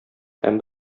һәм